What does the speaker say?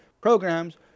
programs